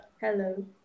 Hello